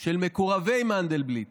של מקורבי מנדלבליט